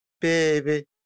baby